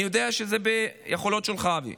אני יודע שזה ביכולות שלך, אבי.